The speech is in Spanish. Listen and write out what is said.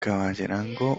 caballerango